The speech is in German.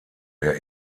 der